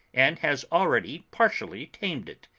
and has already partially tamed it.